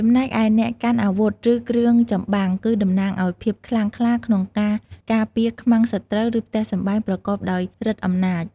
ចំណែកឯអ្នកកាន់អាវុធ ឬគ្រឿងចំបាំង គឺតំណាងឱ្យភាពខ្លាំងក្លាក្នុងការការពារខ្មាំងសត្រូវ ឬផ្ទះសម្បែងប្រកបដោយឫទ្ធិអំណាច ។